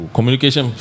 Communication